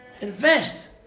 Invest